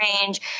range